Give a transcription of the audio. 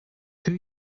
two